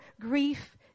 grief